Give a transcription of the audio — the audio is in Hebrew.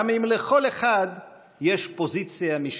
גם אם לכל אחד יש פוזיציה משלו,